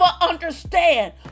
understand